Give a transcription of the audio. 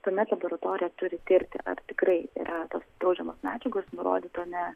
tuomet laboratorija turi tirti ar tikrai yra tos draudžiamos medžiagos nurodyta ne